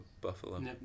Buffalo